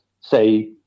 say